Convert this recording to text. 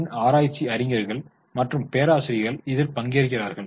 யின் ஆராய்ச்சி அறிஞர்கள் மற்றும் பேராசிரியர்கள் இதில் பங்கேற்கிறார்கள்